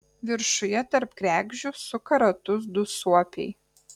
viršuje tarp kregždžių suka ratus du suopiai